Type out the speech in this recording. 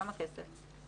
כמה כסף?